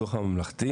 לביטוח הממלכתי